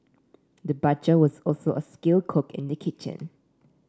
the butcher was also a skilled cook in the kitchen